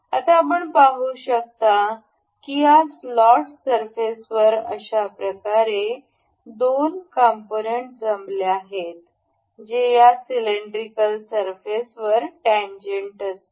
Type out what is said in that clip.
आता आपण पाहू शकता की या स्लॉट सरफेसवर अशा प्रकारे दोन कंपोनेंट जमले आहेत जे या सिलेंड्रिकल सरफेसवर टॅन्जेन्ट असतील